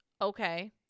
okay